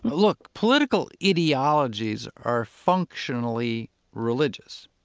look, political ideologies are functionally religious,